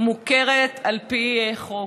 מוכרת על פי חוק.